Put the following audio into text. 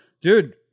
dude